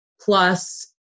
plus